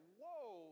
whoa